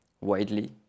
widely